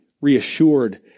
reassured